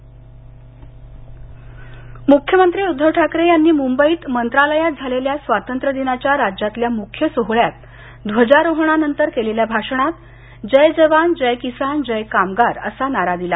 मुंबई स्वातंत्र्यदिन म्ख्यमंत्री उद्धव ठाकरे यांनी म्रंबईत मंत्रालयात झालेल्या स्वातंत्र्यदिनाच्या राज्यातल्या मुख्य सोहळ्यात ध्वजारोहणा नंतर केलेल्या भाषणात जय जवान जय किसान जय कामगार असा नारा दिला